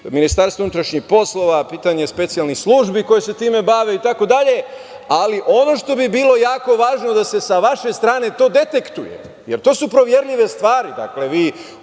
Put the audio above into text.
Ministarstva unutrašnjih poslova, pitanje specijalnih službi koje se time bave itd. Ali, ono što bi bilo jako važno je da se sa vaše strane to detektuje, jer to su proverljive stvari. Dakle,